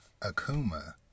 Akuma